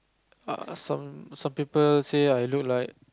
err some some people say I look like